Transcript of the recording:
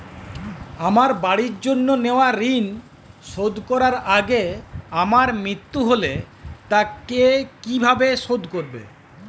আমার বাড়ির জন্য নেওয়া ঋণ শোধ করার আগে আমার মৃত্যু হলে তা কে কিভাবে শোধ করবে?